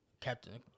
Captain